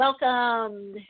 welcome